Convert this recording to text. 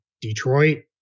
Detroit